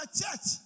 church